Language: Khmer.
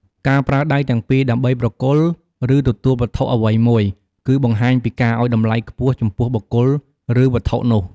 ការប្រើដៃទាំងពីរដើម្បីប្រគល់ ឬទទួលវត្ថុអ្វីមួយ គឺបង្ហាញពីការឲ្យតម្លៃខ្ពស់ចំពោះបុគ្គល ឬវត្ថុនោះ។